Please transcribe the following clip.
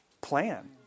plan